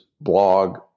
blog